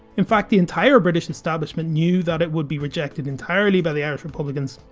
in fact, the entire british establishment knew that it would be rejected entirely by the irish republicans.